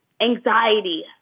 anxiety